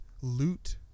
loot